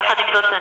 יחד עם זאת,